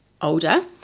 older